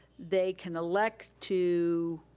they can elect to